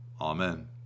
Amen